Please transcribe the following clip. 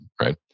right